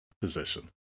position